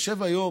יושב היום